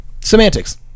semantics